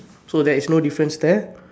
so there's no difference there